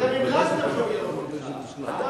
אתם המלצתם שהוא יהיה ראש ממשלה.